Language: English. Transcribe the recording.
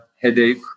headache